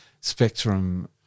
Spectrum